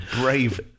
brave